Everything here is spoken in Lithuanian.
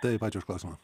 taip ačiū už klausimą